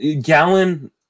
Gallon